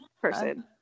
person